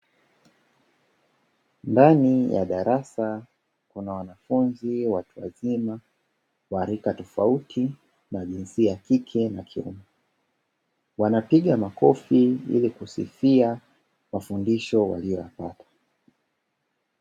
Ndani ya darasa kuna wanafunzi watu wazima wa rika tofauti, na jinsia ya kike na kiume, wanapiga makofi ili kusifia mafundisho waliyoyapata.